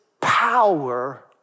power